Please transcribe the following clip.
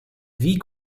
wie